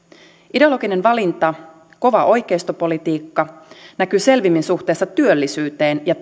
ideologinen valinta kova oikeistopolitiikka näkyy selvimmin suhteessa työllisyyteen ja